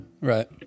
Right